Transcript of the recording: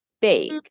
bake